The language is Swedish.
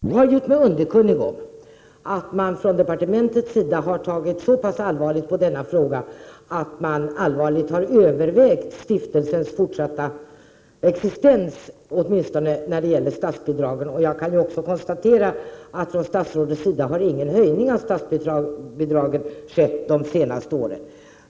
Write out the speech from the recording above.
Herr talman! Jag har gjort mig underkunnig om att man från departementets sida har tagit så pass allvarligt på denna fråga att man har övervägt stiftelsens fortsatta existens, åtminstone när det gäller statsbidragen. Jag kan också konstatera att det från statsrådets sida inte har vidtagits någon höjning av statsbidragen de senaste åren.